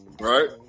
right